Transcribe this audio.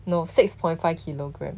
no six point five kilogramme